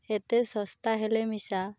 ଏତେ ଶସ୍ତା ହେଲେ ମିଶା